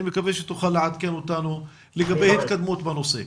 אני מקווה שתוכל לעדכן אותנו לגבי ההתקדמות בנושא.